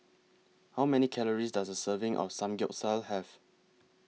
How Many Calories Does A Serving of Samgyeopsal Have